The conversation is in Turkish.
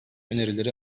önerileri